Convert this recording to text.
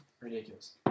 Ridiculous